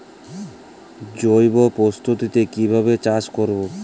জৈব পদ্ধতিতে কিভাবে চাষ করব?